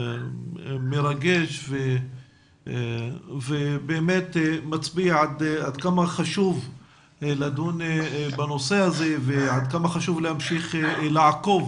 מרגש ובאמת מצביע עד כמה חשוב לדון בנושא הזה ועד כמה חשוב להמשיך לעקוב